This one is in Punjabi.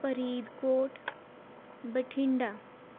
ਫਰੀਦਕੋਟ ਬਠਿੰਡਾ